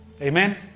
Amen